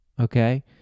Okay